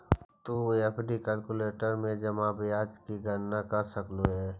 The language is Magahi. तु एफ.डी कैलक्यूलेटर में जमा ब्याज की गणना कर सकलू हे